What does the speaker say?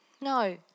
No